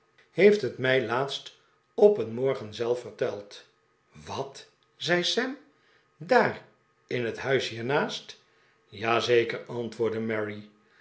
heeft het mij laatst op een morgen zelf verteld wat zei sam daar in het huis hiernaast ja zeker antwoordde